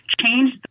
change